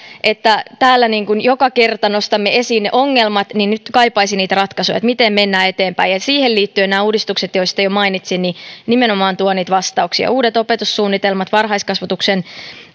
että täällä joka kerta nostamme esiin ne ongelmat nyt kaipaisin niitä ratkaisuja miten mennään eteenpäin ja siihen liittyen nämä uudistukset joista jo mainitsin nimenomaan tuovat niitä vastauksia uudet opetussuunnitelmat varhaiskasvatuksen